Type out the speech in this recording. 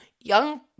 young